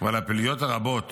ועל הפעילויות הרבות